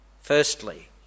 Firstly